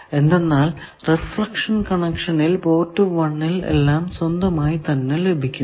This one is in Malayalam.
എന്തെന്നാൽ റിഫ്ലക്ഷൻ കണക്ഷനിൽ പോർട്ട് 1 ൽ എല്ലാം സ്വന്തമായി തന്നെ ലഭിക്കുന്നു